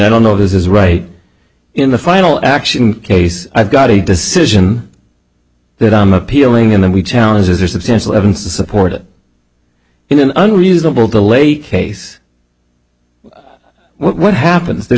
don't know this is right in the final action case i've got a decision that i'm appealing in and we challenges are substantial evidence to support it in an unreasonable to lay case what happens